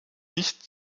nicht